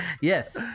yes